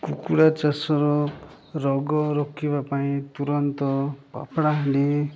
କକୁଡ଼ା ଚାଷର ରୋଗ ରୋକିବା ପାଇଁ ତୁରନ୍ତ ପାପଡ଼ାହାଣ୍ଡି